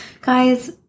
Guys